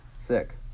sick